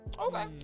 okay